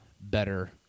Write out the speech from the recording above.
better